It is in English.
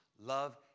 Love